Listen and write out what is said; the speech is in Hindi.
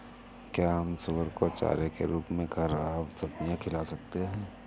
क्या हम सुअर को चारे के रूप में ख़राब सब्जियां खिला सकते हैं?